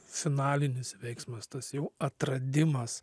finalinis veiksmas tas jau atradimas